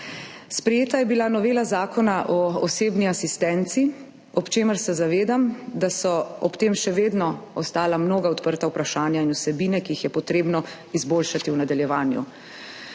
Sprejeta je bila novela Zakona o osebni asistenci, ob čemer se zavedam, da so ob tem še vedno ostala mnoga odprta vprašanja in vsebine, ki jih je potrebno izboljšati v nadaljevanju.